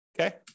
okay